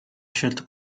scelto